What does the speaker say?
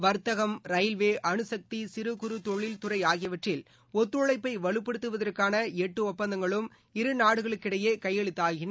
வர்த்தகம் ரயில்வே அனுசக்தி சிறு குறு தொழில் துறை ஆகியவற்றில் ஒத்துழைப்பை வலுபடுத்துவதற்கான எட்டு ஒப்பந்தங்களும் இரு நாடுகளுக்கிடையே கையெழுத்தாகின